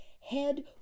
head